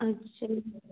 अच्छा